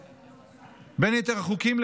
בין יתר החוקים,